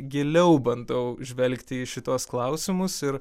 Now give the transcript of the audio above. giliau bandau žvelgti į šituos klausimus ir